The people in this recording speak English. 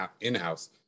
in-house